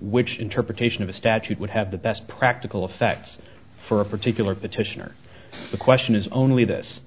which interpretation of a statute would have the best practical effect for a particular petitioner the question is only this